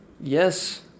Yes